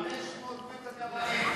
500 מטר מהבתים.